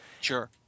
Sure